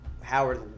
Howard